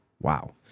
Wow